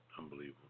Unbelievable